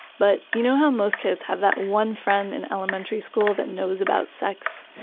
but, you know how most kids have that one friend in elementary school that knows about sex?